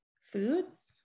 foods